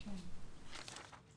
רצון.